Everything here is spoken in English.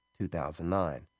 2009